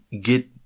get